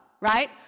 right